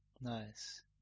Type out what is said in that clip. Nice